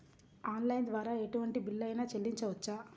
Online ద్వారా ఎటువంటి bill అయినా చెల్లించవచ్చా?